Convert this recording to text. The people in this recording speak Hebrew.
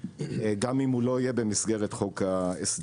גם אם הוא לא יהיה במסגרת חוק ההסדרים.